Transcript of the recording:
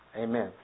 Amen